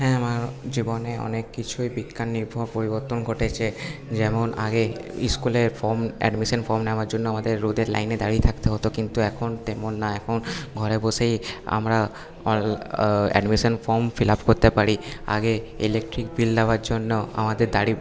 হ্যাঁ আমার জীবনে অনেক কিছুই বিজ্ঞান নির্ভর পরিবর্তন ঘটেছে যেমন আগে ইস্কুলের ফর্ম অ্যাডমিশান ফর্ম নেওয়ার জন্য আমাদের রোদে লাইনে দাঁড়িয়ে থাকতে হত কিন্তু এখন তেমন না এখন ঘরে বসেই আমরা অ্যাডমিশান ফর্ম ফিল আপ করতে পারি আগে ইলেকট্রিক বিল দেওয়ার জন্য আমাদের দাঁড়ি